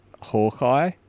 Hawkeye